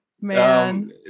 man